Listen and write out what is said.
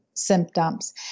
symptoms